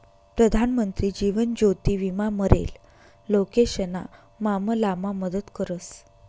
प्रधानमंत्री जीवन ज्योति विमा मरेल लोकेशना मामलामा मदत करस